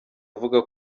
avuga